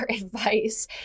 advice